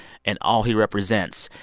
and all he represents,